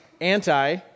anti-